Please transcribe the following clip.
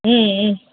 ம் ம்